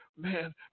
man